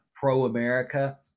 pro-America